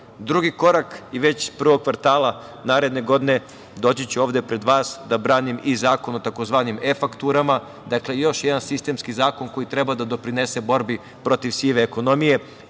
korak. Drugi korak i već prvog kvartala naredne godine doći ću ovde pred vas da branim i zakon o tzv. "e-fakturama". Dakle, još jedan sistemski zakon koji treba da doprinese borbi protiv sive ekonomije.